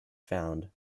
found